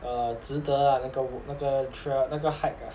err 值得那个 walk 那个 trail 那个 hike ah